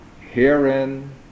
Herein